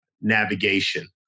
navigation